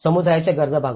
समुदायाच्या गरजा भागवा